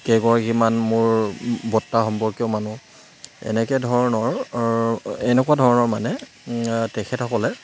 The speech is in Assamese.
কেইগৰাকীমান মোৰ বৰতা সম্পৰ্কীয় মানুহ এনেকে ধৰণৰ ৰ এনেকুৱা ধৰণৰ মানে তেখেতসকলে